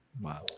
Wow